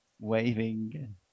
waving